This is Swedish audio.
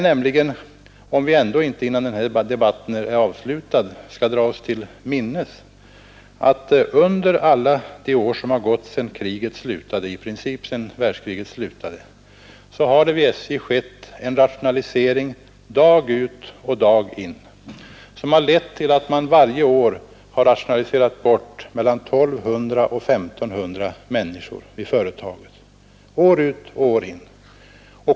Skall vi ändå inte, innan den här debatten är avslutad, dra oss till minnes att i princip under alla år som gått efter andra världskriget har det skett rationaliseringar vid SJ, dag ut och dag in, vilka lett till att det varje år har rationaliserats bort mellan 1200 och 1 500 människor vid företaget.